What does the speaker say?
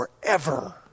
forever